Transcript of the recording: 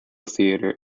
theatre